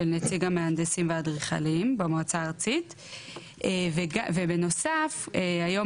נציג המהנדסים והאדריכלים במועצה הארצית ובנוסף היום